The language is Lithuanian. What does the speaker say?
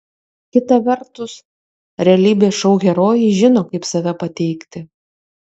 kita vertus realybės šou herojai žino kaip save pateikti